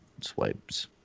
swipes